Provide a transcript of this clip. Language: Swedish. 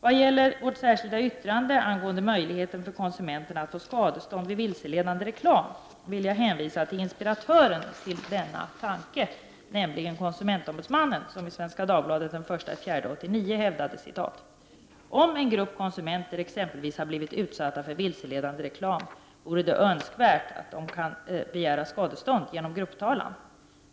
Vad gäller vårt särskilda yttrande angående möjligheterna för konsumenterna att få skadestånd vid vilseledande reklam, vill jag hänvisa till inspiratören till denna tanke, nämligen konsumentombudsmannen, som i Svenska Dagbladet den 1 april 1989 hävdade att ”om en grupp konsumenter exempelvis har blivit utsatt för vilseledande reklam vore det önskvärt att den kan begära skadestånd genom grupptalan.